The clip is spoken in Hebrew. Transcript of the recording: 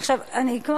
אתם לא,